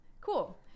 cool